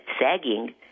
sagging